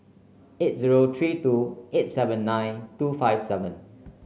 eight zero three two eight seven nine two five seven